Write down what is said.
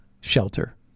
shelter